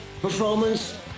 performance